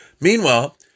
Meanwhile